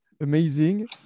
amazing